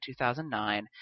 2009